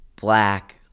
black